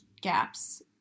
gaps